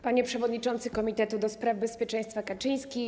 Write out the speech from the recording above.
Panie Przewodniczący Komitetu do spraw Bezpieczeństwa Kaczyński!